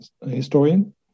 historian